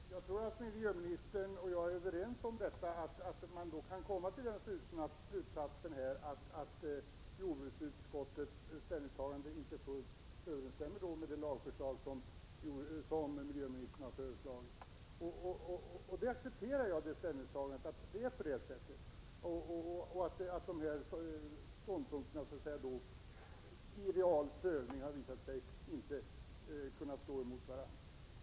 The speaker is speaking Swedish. Fru talman! Jag tror att miljöministern och jag är överens om slutsatsen att jordbruksutskottets ställningstagande inte fullt överensstämmer med lagförslaget från miljöministern. Jag accepterar att det är på det sättet och att de båda ståndpunkterna i den reala prövningen har visat sig stå emot varandra.